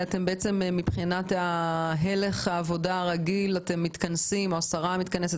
מבחינת הלך העבודה הרגיל אתם או מטה השרה מתכנסים